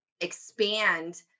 expand